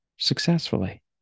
successfully